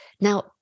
Now